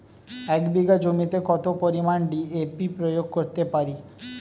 এক বিঘা জমিতে কত পরিমান ডি.এ.পি প্রয়োগ করতে পারি?